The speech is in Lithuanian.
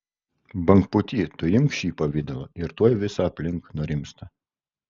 bangpūty tu imk šį pavidalą ir tuoj visa aplink nurimsta